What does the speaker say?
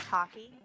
Hockey